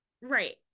Right